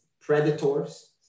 predators